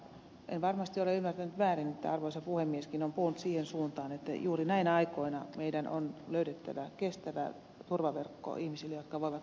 en varmasti ole ymmärtänyt väärin että arvoisa puhemieskin on puhunut siihen suuntaan että juuri näinä aikoina meidän on löydettävä kestävä turvaverkko ihmisille jotka voivat huonosti